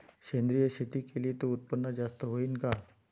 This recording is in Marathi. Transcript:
सेंद्रिय शेती केली त उत्पन्न जास्त होईन का?